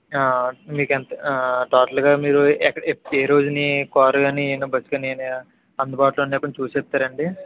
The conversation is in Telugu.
మీకు ఎంత టోటల్గా మీరు ఎ ఎక్క ఎ ఏ రోజుని కారు కానీ ఏయైనా బస్సు కానీ ఏమైనా అందుబాటులో ఉన్నాయా కొంచెం చూసి చెప్తారా అండి